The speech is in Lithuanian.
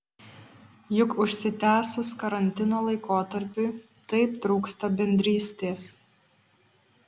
juk užsitęsus karantino laikotarpiui taip trūksta bendrystės